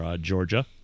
Georgia